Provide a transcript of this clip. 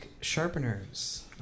sharpeners